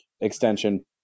extension